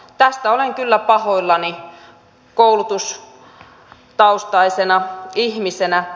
tästä olen kyllä pahoillani koulutustaustaisena ihmisenä